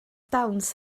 dawns